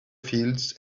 fields